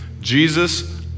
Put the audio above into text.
Jesus